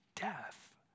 death